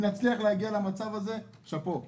אם נצליח להגיע למצב הזה שאפו.